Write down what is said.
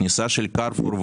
כניסה של "קרפור".